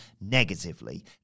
negatively